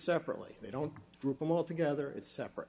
separately they don't rip them all together it's separate